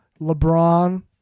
LeBron